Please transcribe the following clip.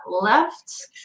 left